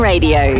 Radio